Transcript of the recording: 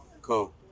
Cool